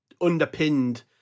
underpinned